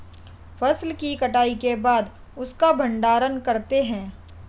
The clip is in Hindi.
फसल की सफाई के बाद उसका भण्डारण करते हैं